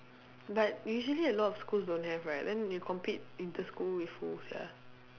but usually a lot of schools don't have right then you compete inter-school with who sia